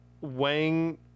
Wang